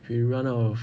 if you run out of